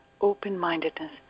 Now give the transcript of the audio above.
open-mindedness